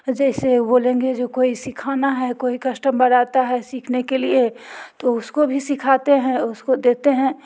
जैसे बोलेंगे जो कोई सीखाना है कोई कश्टमर आता है सीखने के लिए तो उसको भी सिखाते हैं उसको देते हैं